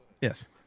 Yes